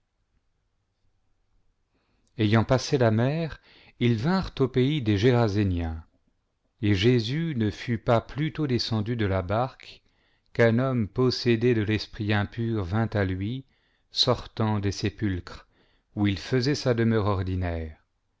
ayant passé la mer ils tinrent au pays des géra iens et jésus ne fut pas plutôt descendu de la barque qu'un homme possédé de l'esprit impur vint à lui sortant des sépulcres où il faisait sa demeure ordinaire